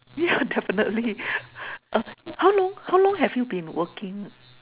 yeah definitely uh how long how long have you been working